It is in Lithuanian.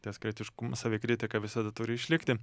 deskretiškumas savikritika visada turi išlikti